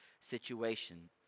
situation